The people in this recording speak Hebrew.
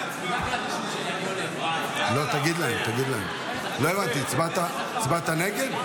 לא הבנתי, תגיד להם, הצבעת נגד?